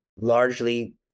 largely